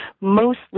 mostly